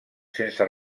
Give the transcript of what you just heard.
sense